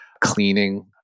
cleaning